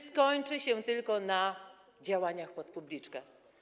skończy się tylko na działaniach pod publiczkę?